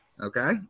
Okay